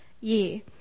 year